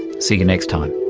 see you next time